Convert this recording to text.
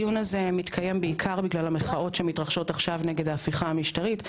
הדיון הזה מתקיים בעיקר בגלל המחאות שמתרחשות עכשיו נגד ההפיכה המשטרית,